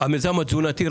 המיזם התזונתי.